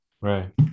Right